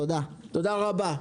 תודה רבה.